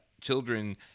children